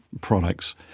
products